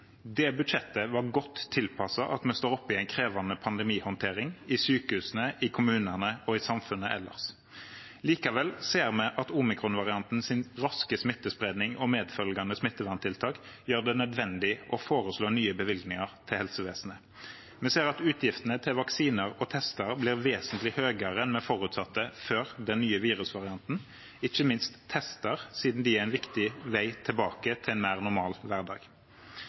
Det budsjettet var godt tilpasset at vi står oppi en krevende pandemihåndtering i sykehusene, i kommunene og i samfunnet ellers. Likevel ser vi at omikronvariantens raske smittespredning og medfølgende smitteverntiltak gjør det nødvendig å foreslå nye bevilgninger til helsevesenet. Vi ser at utgiftene til vaksiner og tester blir vesentlig høyere enn vi forutsatte før den nye virusvarianten – ikke minst tester, siden de er en viktig vei tilbake til en mer normal hverdag.